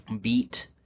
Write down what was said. beat